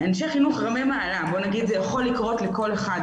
רמי מעלה היו: זה יכול לקרות לכל אחד.